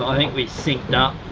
think we synced up.